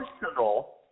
personal